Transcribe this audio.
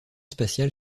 spatial